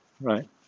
right